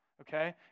okay